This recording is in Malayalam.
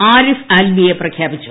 ആരീഫ് അൽവിയെ പ്രഖ്യാപിച്ചു